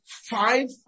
Five